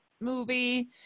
movie